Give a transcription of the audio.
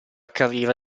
carriera